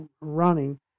running